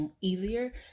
easier